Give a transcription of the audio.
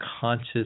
conscious